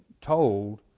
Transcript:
told